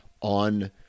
on